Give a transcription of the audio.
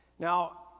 Now